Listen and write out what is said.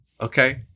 okay